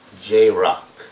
J-Rock